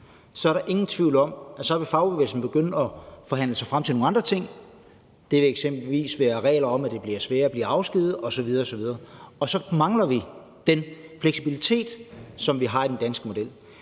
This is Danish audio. Så er der ingen tvivl om, at fagbevægelsen vil begynde at forhandle sig frem til nogle andre ting. Det vil f.eks. være regler om, at det bliver sværere at blive afskediget osv. osv., og så mangler vi den fleksibilitet, som vi har i den danske model.